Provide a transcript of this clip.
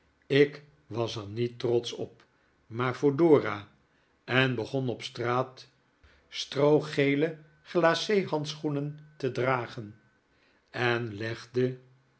ik was er niet trotsch op maar voor dora en begon op straat stroogele glace handschoenen te dragen en legde